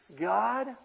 God